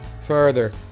further